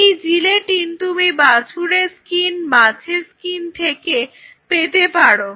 এই জিলেটিন তুমি বাছুরের স্কিন মাছের স্কিন থেকে পেতে পারো